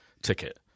Ticket